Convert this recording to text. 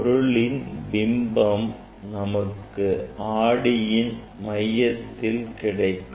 பொருளின் பிம்பம் நமக்கு ஆடியின் மையத்தில் கிடைக்கும்